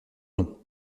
nom